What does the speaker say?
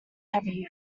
heavy